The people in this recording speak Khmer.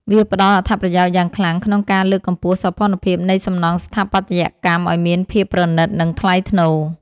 វាផ្ដល់អត្ថប្រយោជន៍យ៉ាងខ្លាំងក្នុងការលើកកម្ពស់សោភ័ណភាពនៃសំណង់ស្ថាបត្យកម្មឱ្យមានភាពប្រណីត និងថ្លៃថ្នូរ។